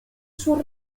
sur